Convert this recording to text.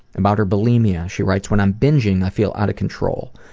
about her bulimia, she writes, when am binging, i feel out of control,